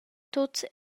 tuts